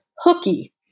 Hooky